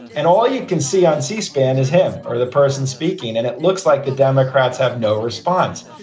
and all you can see on c-span is him or the person speaking. and it looks like the democrats have no response.